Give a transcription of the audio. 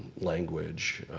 language,